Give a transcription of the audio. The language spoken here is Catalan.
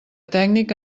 tècnic